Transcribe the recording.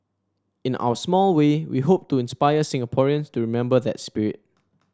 in our small way we hope to inspire Singaporeans to remember that spirit